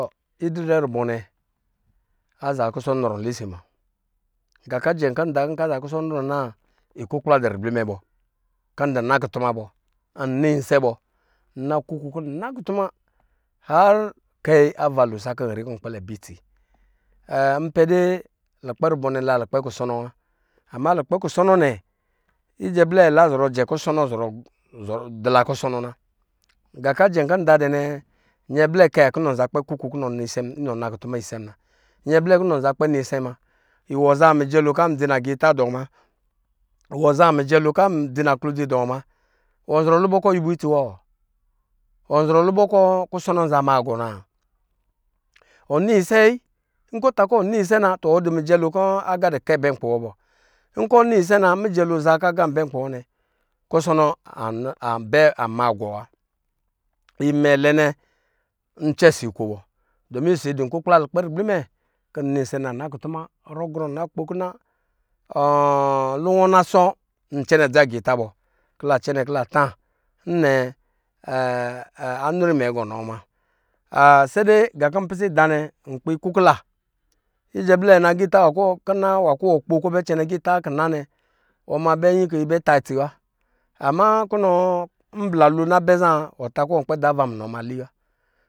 Idirɛ rubɔnɛ aza kisi nrɔ lisi muna, ga kɔ ndrɔ kɔ aza kɔsɔ nrɔ na ikukpla dɔ ribli mɛ bɔ kɔ ndu nakutuma bɔ nnisɛ bɔ nna kuku kɔ nnakutu ma harna kayi ava lo lesi sakɔ nri kɔ nkpɛlɛ bɛn itsi na npɛ de lukpɛ rubɔ nɛ la lukpɛ kusɔnɔ wa amɛ lukpɛ kusɔnɔ wa amɛ lukpɛ kusɔnɔ nɛ ijɛ blɛ la zɔrɔ jɛ kvsɔ nɔ zɔrɔ dilo kusnɔna na nga kɔ ajɛ kɔ nda dɛ nɛ nyɛ blɛ kɔ iwɔ mza kpɛ kuku kɔ inɔ na kutuma mas nyɛblɛ kɔ inɔ nza kpɛ nusɛ muna, dza mujɛ lo kɔ an dzi lagita dɔ nɛ ma wɔ zaa mijɛ lo kɔ adzi la ko dzi dɔ ma. ɔnzɔrɔ lubɔ kɔ ɔwuwɔ itsi wɔ, ɔnɔɔrɔ lubɔ kɔ kusɔnɔ anz a maa gɔɔ naɔ wɔnisɛ wayi nkɔ ɔtakɔ ɔnisɛ na ɔdzi wuɛ lo kɔ andɔ nɛ bɔ. Nkɔ ɔnisɛ na mijɛ lo aza kɔ anb ɛ nkpi wɔ nɛ muna, kusɔnɔ ambɛ amaa gɔ wa mɛ lɛ nɛ ncɛ si nkobɔ kɔ adɔn ikukpla lukpɛ rubu mɛ kɔ nnisɛ na na kutuma luwɔ na sɔ nc ɛ nɛ dza agita kɔ nta bɔ nɛɛ anrɔ imɛ gɔnɔ muna nga kɔ nbisi da nɛ nkpi kukila ijɛ blɛ nɔ kina nwa nkɔ wɔ kpo kɔ ɔbɛ cɛnɛ agita kuna nɛ nyi kɔ yibɛ ta itsi wa kɔ mbla lo na bɛ za wa kɔ mbla lo na bɛ za wɔnta kɔ wɔnkpɛ da kuva munɔ muna.